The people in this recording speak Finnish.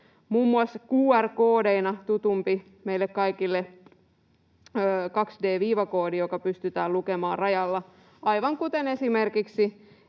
muun muassa QR-koodeina meille kaikille tutumpi 2D-viivakoodi, joka pystytään lukemaan rajalla, aivan kuten esimerkiksi